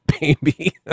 baby